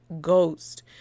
ghost